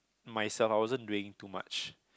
myself I wasn't doing too much